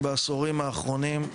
בעשורים האחרונים,